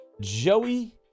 joey